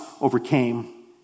overcame